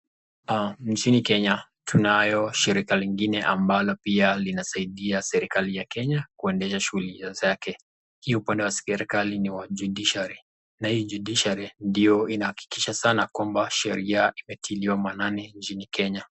Mchini Kenya tunayo shirika nyingine ambalo pia linasaidia serikali ya Kenya kuendesha shughuli zake, upande wa serikali ni wa (Judiciary) na hii (Judiciary) ndio inahakikisha sana kwamba sheria imetiliwa maanani nchini Kenya.